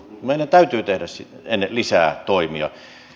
meidän täytyy tehdä lisää toimia